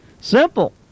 Simple